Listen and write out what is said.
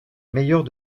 meilleure